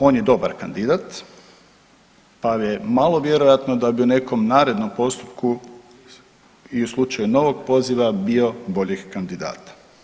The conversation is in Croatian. On je dobar kandidat, pa je malo vjerojatno da bi u nekom narednom postupku i u slučaju novog poziva bio boljih kandidata.